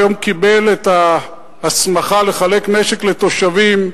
שהיום קיבלת את ההסמכה לחלק נשק לתושבים,